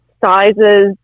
sizes